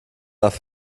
nach